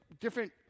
different